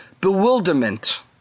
bewilderment